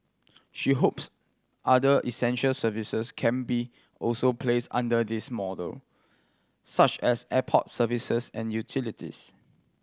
she hopes other essential services can be also placed under this model such as airport services and utilities